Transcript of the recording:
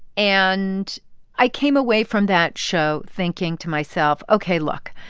and i came away from that show thinking to myself, ok, look,